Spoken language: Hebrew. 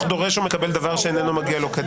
"דורש או מקבל דבר שאינו מגיע לו כדין".